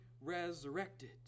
resurrected